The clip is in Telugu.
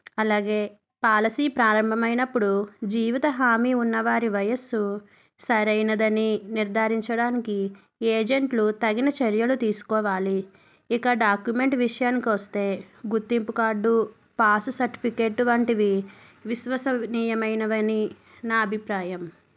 అలాగే పాలసీ ప్రారంభమైనప్పుడు జీవిత హామీ ఉన్న వారి వయస్సు సరైనదని నిర్ధారించడానికి ఏజెంట్లు తగిన చర్యలు తీసుకోవాలి ఇక డాక్యుమెంట్ విషయానికొస్తే గుర్తింపు కార్డు పాస్ సర్టిఫికెటు వంటివి విశ్వసనీయమైనవని నా అభిప్రాయం